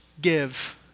give